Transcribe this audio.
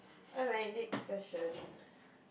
alright next question